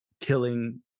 killing